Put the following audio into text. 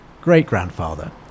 great-grandfather